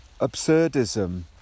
absurdism